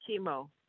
chemo